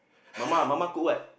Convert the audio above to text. Mama Mama cook what